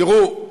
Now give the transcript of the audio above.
תראו,